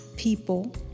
people